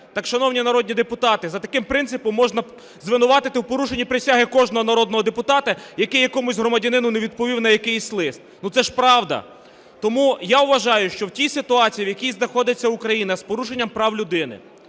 Так, шановні народні депутати, за таким принципом можна звинуватити в порушенні присяги кожного народного депутата, який якомусь громадянину не відповів на якийсь лист. Ну, це ж правда. Тому я вважаю, що в тій ситуації, в якій знаходиться Україна, з порушенням прав людини,